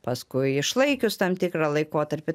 paskui išlaikius tam tikrą laikotarpį